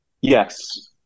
Yes